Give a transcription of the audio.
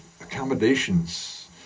accommodations